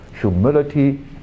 humility